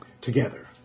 together